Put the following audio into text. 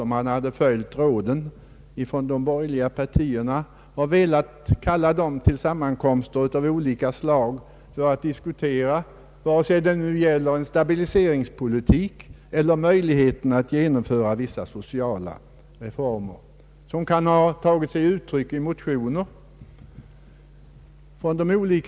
Man säger att om vi följt de borgerliga partiernas råd, kallat de borgerliga till överläggningar av olika slag för att diskutera skilda frågor — vare sig det nu gäller stabiliseringspolitiken eller möjligheten att genomföra en del sociala reformer — så skulle resultatet av den förda politiken ha kunnat bli bättre.